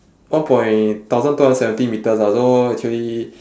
one point thousand two hundred seventy metres lah so actually